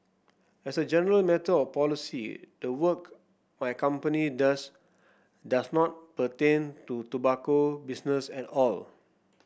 as a general matter of policy the work my company does does not pertain to tobacco business at all